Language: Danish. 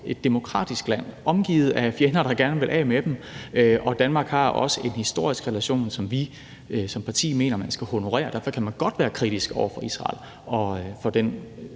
et demokratisk land omgivet af fjender, der gerne vil af med dem. Danmark har også en historisk relation til Israel, som vi som parti mener man skal honorere. Derfor kan man godt være kritisk over for Israel og den